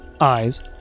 eyes